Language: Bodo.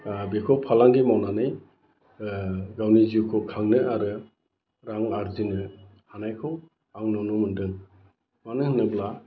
बेखौ फालांगि मावनानै गावनि जिउखौ खांनो आरो रां आरजिनो हानायखौ आं नुनो मोनदों मानो होनोब्ला